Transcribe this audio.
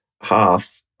half